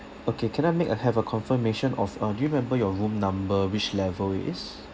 okay can I make a have a confirmation of uh do you remember your room number which level it is